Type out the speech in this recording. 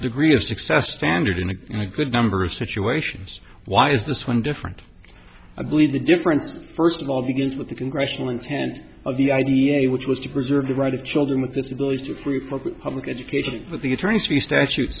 degree of success standard in a good number of situations why is this one different i believe the difference first of all begins with the congressional intent of the id a which was to preserve the right of children with disabilities to frequent public education for the attorneys